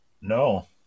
No